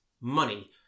money